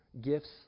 gifts